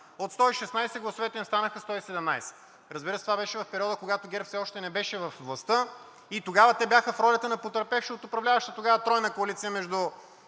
От 116 гласовете им станаха 117. Разбира се, това беше в периода, когато ГЕРБ все още не беше във властта, тогава те бяха в ролята на потърпевши от управляващата тогава тройна коалиция между